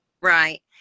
Right